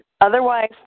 Otherwise